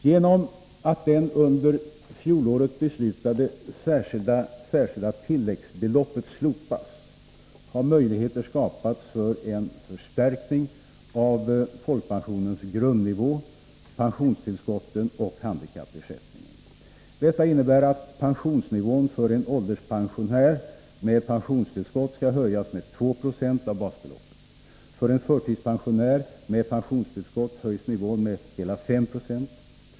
Genom att det under fjolåret beslutade särskilda tilläggsbeloppet slopats har möjligheter skapats för en förstärkning av folkpensionens grundnivå, pensionstillskotten och handikappersättningen. Detta innebär att pensionsnivån för en ålderspensionär med pensionstillskott höjs med 2 96 av basbeloppet. För en förtidspensionär med pensionstillskott höjs nivån med hela 5 26.